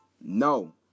No